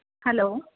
hello